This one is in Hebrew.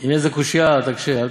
אם יש איזה קושיה, תקשה, אל,